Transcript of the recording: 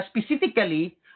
specifically